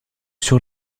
sur